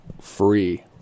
free